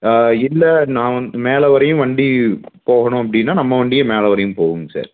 இல்லை நான் மேலே வரையும் வண்டி போகணும் அப்படின்னா நம்ம வண்டியே மேலே வரையும் போவங்க சார்